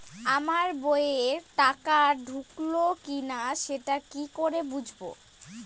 আমার বইয়ে টাকা ঢুকলো কি না সেটা কি করে বুঝবো?